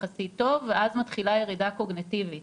יחסית טוב ואז מתחילה ירידה קוגניטיבית.